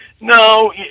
No